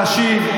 להשיב.